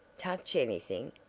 touch anything?